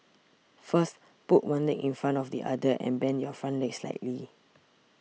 first put one leg in front of the other and bend your front leg slightly